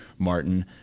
Martin